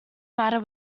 matter